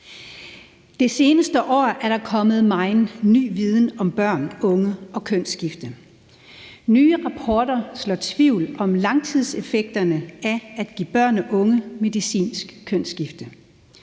Det seneste år er der kommet megen ny viden om børn, unge og kønsskifte. Nye rapporter sår tvivl om langtidseffekterne af at give børn og unge medicinsk kønsskifte,